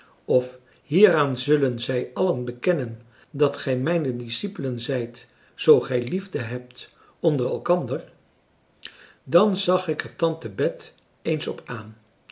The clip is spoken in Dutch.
of hieraan zullen zij allen bekennen dat gij mijne discipelen zijt zoo gij liefde hebt onder elkander dan zag ik er tante bet eens op aan